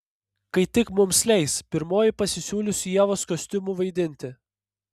kai tik mums leis pirmoji pasisiūlysiu ievos kostiumu vaidinti